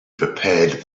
prepared